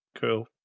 Cool